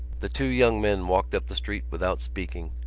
the two young men walked up the street without speaking,